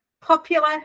popular